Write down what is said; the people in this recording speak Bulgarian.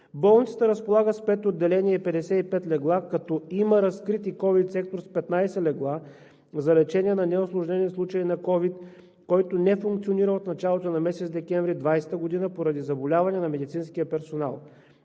Болницата разполага с 5 отделения и 55 легла, като има разкрит и ковид сектор с 15 легла за лечение на неусложнени случаи на ковид, който не функционира от началото на декември 2020 г. поради заболяване на медицинския персонал.